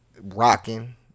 rocking